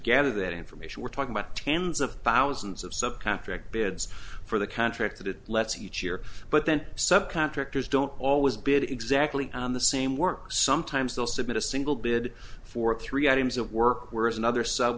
gather that information we're talking about tens of thousands of subcontract bids for the contract that it lets each year but then subcontractors don't always bid exactly the same work sometimes they'll submit a single bid for three items of work whereas another sub